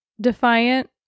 Defiant